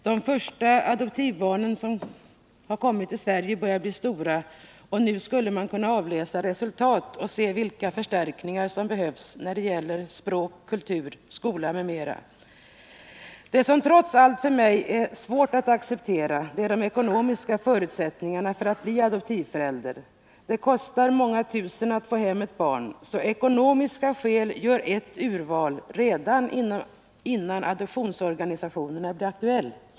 De första adoptivbarnen som kommit till Sverige börjar bli stora, och nu skulle man kunna avläsa resultat och se vilka förstärkningar som behövs när det gäller språk, kultur, skola m.m. Vad som trots allt är svårt för mig att acceptera är de ekonomiska förutsättningarna för att bli adoptivförälder. Det kostar många tusen att få hem ett barn, så ekonomiska skäl gör ett urval redan innan adoptionsorganisationen blir aktuell.